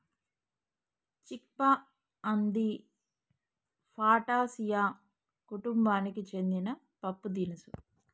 చిక్ పా అంది ఫాటాసియా కుతుంబానికి సెందిన పప్పుదినుసు